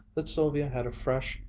that sylvia had a fresh,